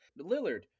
Lillard